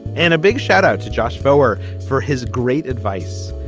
and a big shout out to josh foer for his great advice.